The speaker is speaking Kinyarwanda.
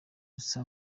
gusa